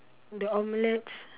the omelette's